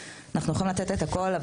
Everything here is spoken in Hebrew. שאנחנו יכולים לתת את כל המענים שצריך,